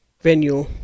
venue